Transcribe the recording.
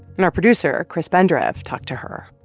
and our producer, chris benderev, talked to her